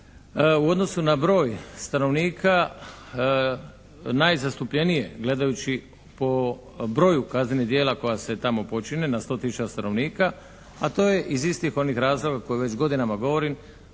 u odnosu na broj stanovnika najzastupljenije gledajući po broju kaznenih djela koja se tamo počine na 100 tisuća stanovnika a to je iz istih onih razloga koje već godinama govorim